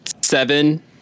seven